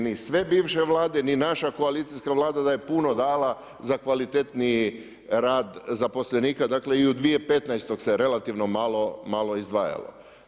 Ni sve bivše Vlade ni naša koalicijska Vlada da je puno dala za kvalitetniji rad zaposlenika, dakle i u 2015. se relativno malo izdvajalo.